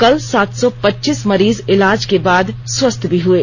कल सात सौ पचीस मरीज इलाज के बाद स्वस्थ भी हुये